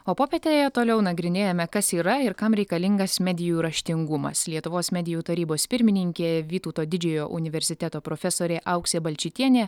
o popietėje toliau nagrinėjame kas yra ir kam reikalingas medijų raštingumas lietuvos medijų tarybos pirmininkė vytauto didžiojo universiteto profesorė auksė balčytienė